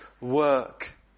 work